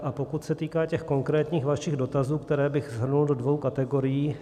A pokud se týká těch konkrétních vašich dotazů, které bych shrnul do dvou kategorií.